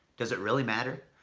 does it really matter?